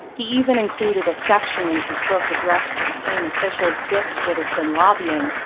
he even included a section in his book addressed to the same officials dix would have been lobbying.